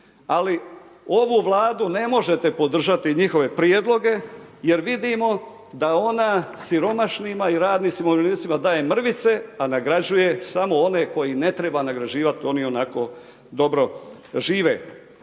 Ali, ovu Vladu ne možete podržati, njihove prijedloge jer vidimo da ona siromašnima i radnicima, umirovljenicima daje mrvice, a nagrađuje samo one koji ne treba nagrađivat. Oni i onako dobro žive.